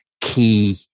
key